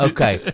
Okay